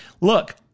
Look